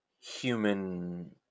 human